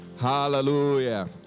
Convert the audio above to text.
Hallelujah